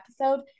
episode